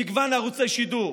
במגוון ערוצי שידור,